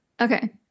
Okay